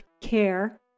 care